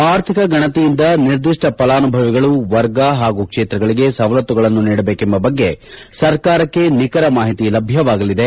ಆರ್ಥಿಕ ಗಣತಿಯಿಂದ ನಿರ್ದಿಷ್ಠ ಫಲಾನುಭವಿಗಳು ವರ್ಗ ಹಾಗೂ ಕ್ಷೇತ್ರಗಳಿಗೆ ಸವಲತ್ತುಗಳನ್ನು ನೀಡಬೇಕೆಂಬ ಬಗ್ಗೆ ಸರ್ಕಾರಕ್ಕೆ ನಿಖರ ಮಾಹಿತಿ ಲಭ್ಯವಾಗಲಿದೆ